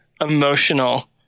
emotional